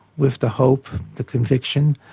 with the hope, the conviction,